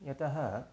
यतः